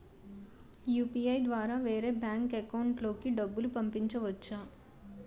UPI ద్వారా వేరే bank account లోకి డబ్బులు పంపించవచ్చా?